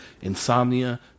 insomnia